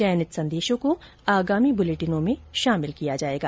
चयनित संदेशों को आगामी बुलेटिनों में शामिल किया जाएगा